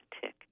tick